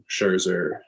Scherzer